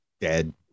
dead